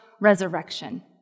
resurrection